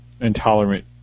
intolerant